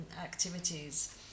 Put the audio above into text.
activities